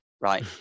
right